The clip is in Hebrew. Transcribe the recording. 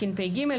תשפ"ג,